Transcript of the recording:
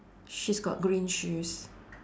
she's got green shoes